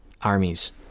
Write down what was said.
armies